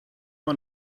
man